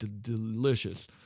delicious